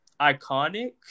iconic